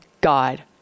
God